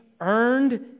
earned